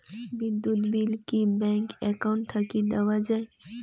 বিদ্যুৎ বিল কি bank account থাকি দেওয়া য়ায়?